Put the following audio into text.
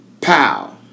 pow